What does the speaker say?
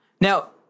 Now